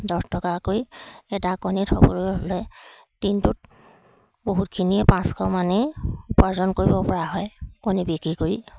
দহ টকাকৈ এটা কণীত হ'বলৈ হ'লে দিনটোত বহুতখিনিয়ে পাঁচশ মানেই উপাৰ্জন কৰিব পৰা হয় কণী বিকি কৰি